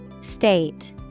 State